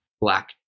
Black